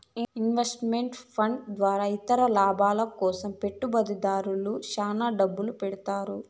invest meant fund ద్వారా ఇతర లాభాల కోసం పెట్టుబడిదారులు శ్యాన డబ్బు పెడతారు